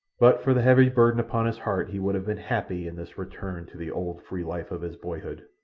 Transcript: but for the heavy burden upon his heart he would have been happy in this return to the old free life of his boyhood.